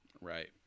Right